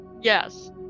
Yes